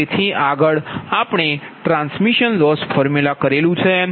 તેથી આગળ આપણે ટ્રાન્સમિશન લોસ ફોર્મ્યુલા કર્યું છે